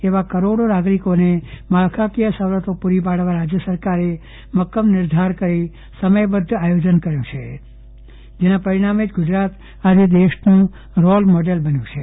એવા કરોડો નાગરિકોને માળખાકીય સવલતો પૂરી પાડવા રાજ્ય સરકારે મક્કમ નિર્ધાર કરીને સમયબદ્વ આયોજન કર્યું છે જેના પરિણામે જ ગુજરાત આજે દેશનું રોલ મોડલ બન્યું છે